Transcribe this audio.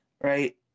right